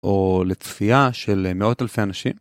או לצפייה של מאות אלפי אנשים.